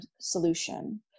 solution